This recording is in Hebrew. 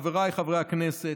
חבריי חברי הכנסת,